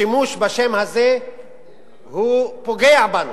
השימוש בשם הזה פוגע בנו,